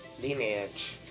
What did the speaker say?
lineage